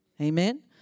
Amen